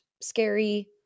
scary